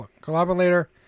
collaborator